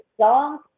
song's